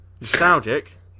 nostalgic